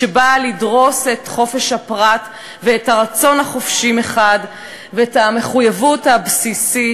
שבאה לדרוס את חופש הפרט ואת הרצון החופשי מצד אחד ואת המחויבות הבסיסית